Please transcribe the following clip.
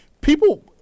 People